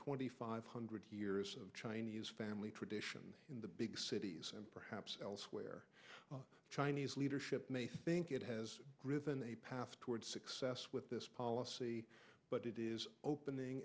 twenty five hundred years of chinese family tradition in the big cities and perhaps elsewhere the chinese leadership may think it has driven a path toward success with this policy but it is opening